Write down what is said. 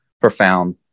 profound